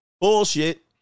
bullshit